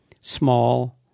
small